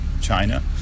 China